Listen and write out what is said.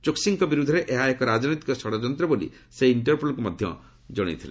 ଚୋକ୍ସିଙ୍କ ବିରୁଦ୍ଧରେ ଏହା ଏକ ରାଜନୈତିକ ଷଡ଼ଯନ୍ତ ବୋଲି ସେ ଇଷ୍ଟରପୋଲକୁ ମଧ୍ୟ ଜଣାଥିଲା